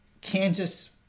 Kansas